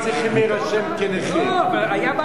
סעיף 9,